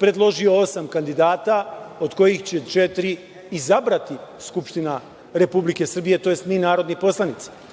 predložio osam kandidata, od kojih će četiri izabrati Skupština Republike Srbije, tj. mi narodni poslanici.